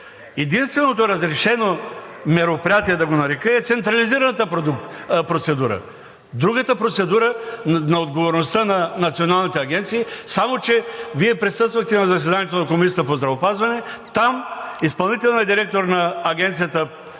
единственото разрешено мероприятие, да го нарека, е централизираната процедура. Другата процедура е на отговорността на Националната агенция. Вие присъствахте на заседанието на Комисията по здравеопазването и там изпълнителният директор на Изпълнителната